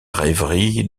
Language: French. rêverie